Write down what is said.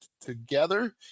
together